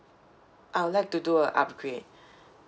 I would like to do a upgrade